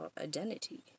identity